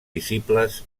visibles